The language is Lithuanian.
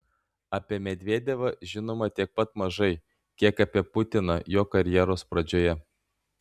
apie medvedevą žinoma tiek pat mažai kiek apie putiną jo karjeros pradžioje